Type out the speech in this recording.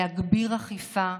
להגביר אכיפה,